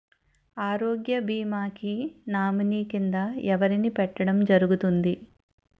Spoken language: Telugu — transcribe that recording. ఆరోగ్య భీమా కి నామినీ కిందా ఎవరిని పెట్టడం జరుగతుంది?